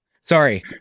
Sorry